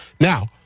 Now